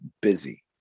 busy